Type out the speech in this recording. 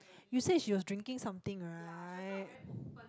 you say she was drinking something right